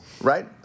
right